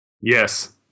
yes